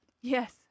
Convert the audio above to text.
Yes